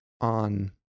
on